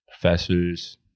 professors